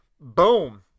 boom